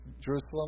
Jerusalem